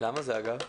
למה זה, אגב?